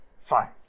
fine